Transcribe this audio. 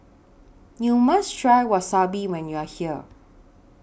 YOU must Try Wasabi when YOU Are here